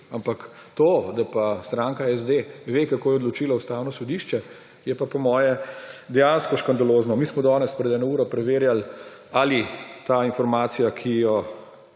Ampak to, da pa stranka SD ne ve, kako je odločilo Ustavno sodišče, je pa po moje dejansko škandalozno. Mi smo danes pred eno uro preverjali, ali ta informacija, ki